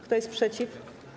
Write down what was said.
Kto jest przeciw?